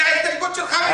זה ההסתייגות שלך.